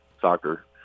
soccer